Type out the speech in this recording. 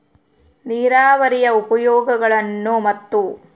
ನೇರಾವರಿಯ ಉಪಯೋಗಗಳನ್ನು ಮತ್ತು?